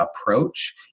approach